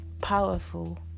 powerful